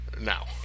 now